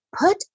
put